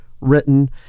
written